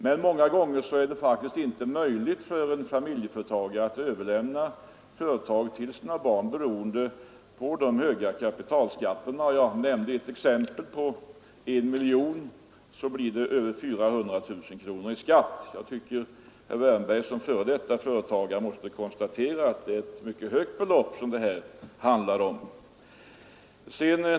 Men många gånger är det faktiskt inte möjligt för en familjeföretagare att överlämna företaget till sina barn på grund av de höga kapitalskatterna. Jag nämnde ett exempel — på 1 miljon kronor blir det 400 000 kronor i skatt. Jag tycker att herr Wärnberg som före detta företagare måste förstå att det är ett alltför högt belopp som det här handlar om.